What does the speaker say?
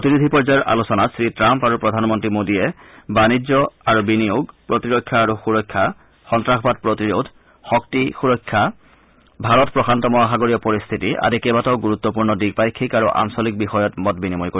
প্ৰতিনিধি পৰ্যয়ৰ আলোচনাত শ্ৰীটাম্প আৰু প্ৰধানমন্ত্ৰী মোদীয়ে বাণিজ্য আৰু বিনিয়োগ প্ৰতিৰক্ষা আৰু সুৰক্ষা সন্নাসবাদ প্ৰতিৰোধ শক্তি সুৰক্ষা ভাৰত প্ৰশান্ত মহাসাগৰীয় পৰিস্থিতি আদি কেইবাটাও গুৰুত্তপূৰ্ণ দ্বিপাক্ষিক আৰু আঞ্চলিক বিষয়ত মত বিনিময় কৰিব